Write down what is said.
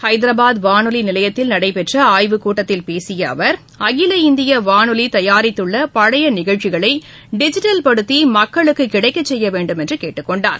ஹைதரபாத் வானொலி நிலையத்தில் நடைபெற்ற ஆய்வுக் கூட்டத்தில் பேசிய அவர் அகில இந்திய வானொலி தயாரித்துள்ள பழைய நிகழ்ச்சிகளை டிஜிட்டல்படுத்தி மக்களுக்கு கிடைக்கச் செய்ய வேண்டுமென்று கேட்டுக் கொண்டார்